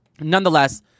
Nonetheless